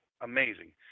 amazing